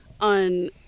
on